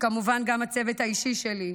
וכמובן גם הצוות האישי שלי,